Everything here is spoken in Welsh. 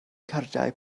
cardiau